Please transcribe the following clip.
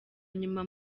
nyuma